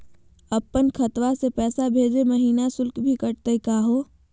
अपन खतवा से पैसवा भेजै महिना शुल्क भी कटतही का हो?